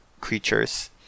creatures